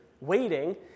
waiting